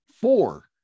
Four